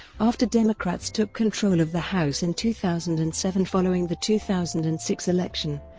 after democrats took control of the house in two thousand and seven following the two thousand and six election,